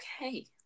Okay